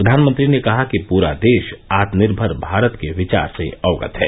प्रधानमंत्री ने कहा कि पूरा देश आत्मनिर्मर भारत के विचार से अवगत है